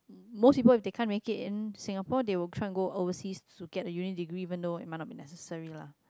most people if they can't make it in Singapore they will try and go overseas to get a uni degree even though it may not be necessary lah